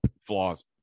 flaws